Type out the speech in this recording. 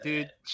dude